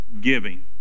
giving